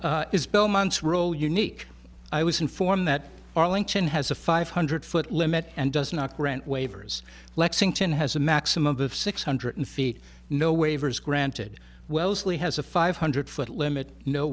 is belmont's role unique i was informed that arlington has a five hundred foot limit and does not grant waivers lexington has a maximum of six hundred feet no waivers granted wellesley has a five hundred foot limit no